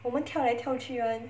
我们跳来跳去 [one]